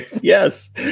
Yes